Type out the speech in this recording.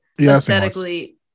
Aesthetically